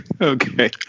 Okay